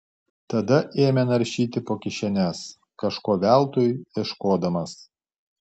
tada ėmė naršyti po kišenes kažko veltui ieškodamas